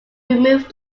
remove